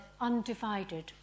undivided